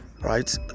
right